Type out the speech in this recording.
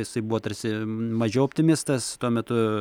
jisai buvo tarsi mažiau optimistas tuo metu